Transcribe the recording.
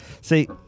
See